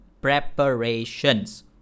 preparations